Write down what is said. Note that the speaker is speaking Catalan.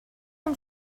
amb